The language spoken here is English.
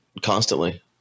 constantly